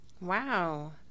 Wow